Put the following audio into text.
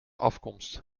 afkomst